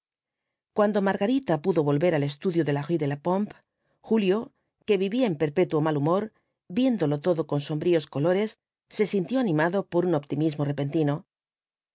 cuando margarita pudo volver al estudio de la rué de la pompe julio que vivía en perpetuo mal humor viéndolo todo con sombríos colores se sintió animado por un optimismo repentino la